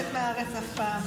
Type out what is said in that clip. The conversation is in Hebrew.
אני לא יוצאת מהארץ אף פעם.